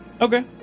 Okay